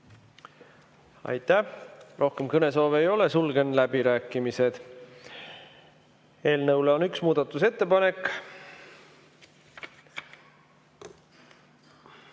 Aitäh! Rohkem kõnesoove ei ole, sulgen läbirääkimised. Eelnõu kohta on üks muudatusettepanek,